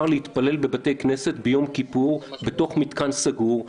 להתפלל בבתי כנסת ביום כיפור בתוך מתחם סגור?